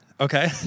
Okay